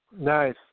nice